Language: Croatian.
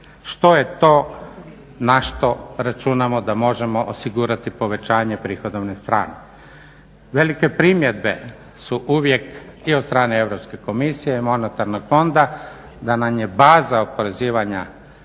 Što je to na što računamo da možemo osigurati povećanje prihodovne strane? Velike primjedbe su uvijek i od strane Europske komisije i monetarnog fonda, da nam je baza oporezivanja